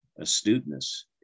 astuteness